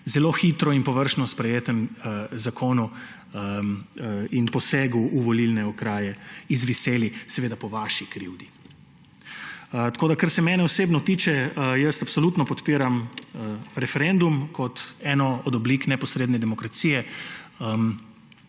zelo hitro in površno sprejetem zakonu in posegu v volilne okraje izviseli; seveda po vaši krivdi. Kar se mene osebno tiče, jaz absolutno podpiram referendum kot eno od oblik neposredne demokracije